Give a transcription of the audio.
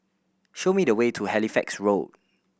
show me the way to Halifax Road